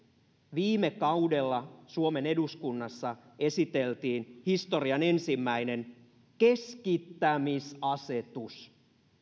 viime kaudella suomen eduskunnassa esiteltiin historian ensimmäinen keskittämisasetus